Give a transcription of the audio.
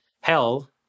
Hell